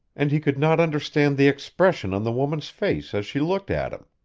and he could not understand the expression on the woman's face as she looked at him.